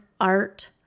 art